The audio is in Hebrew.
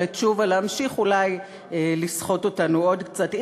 ולתשובה להמשיך אולי לסחוט אותנו עוד קצת.